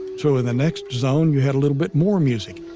so in the next zone, you had a little bit more music.